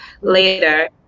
later